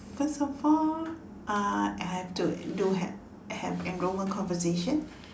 first of all uh I have to do ha~ have enrolment conversation